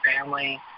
family